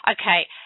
Okay